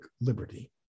liberty